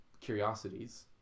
curiosities